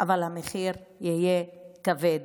אבל המחיר יהיה כבד,